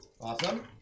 Awesome